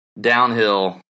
downhill